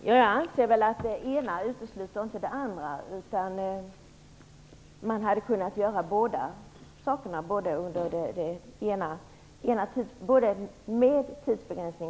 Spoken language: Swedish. Herr talman! Jag anser att det ena inte utesluter det andra. Man hade kunnat göra detta både med och utan tidsbegränsning.